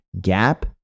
gap